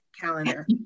calendar